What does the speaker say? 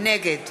נגד